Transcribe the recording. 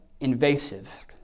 invasive